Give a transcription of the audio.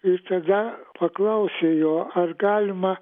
ir tada paklausė jo ar galima